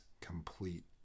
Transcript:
complete